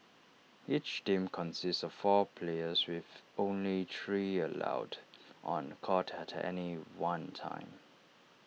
each team consists of four players with only three allowed on court at any one time